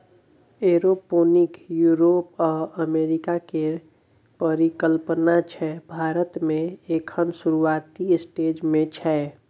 aeroponic Europe आ America केर परिकल्पना छै भारत मे एखन शुरूआती स्टेज मे छै